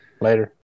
Later